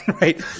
Right